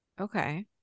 Okay